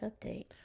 update